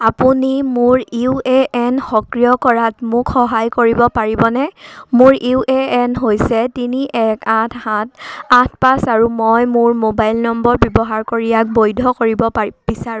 আপুনি মোৰ U A N সক্ৰিয় কৰাত মোক সহায় কৰিব পাৰিবনে মোৰ ইউ এ এন হৈছে তিনি এক আঠ সাত আঠ পাঁচ আৰু মই মোৰ মোবাইল নম্বৰ ব্যৱহাৰ কৰি ইয়াক বৈধ কৰিব পাৰোঁ বিচাৰোঁ